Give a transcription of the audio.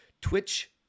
twitch